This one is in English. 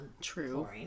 true